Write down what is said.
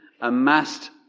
amassed